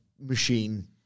machine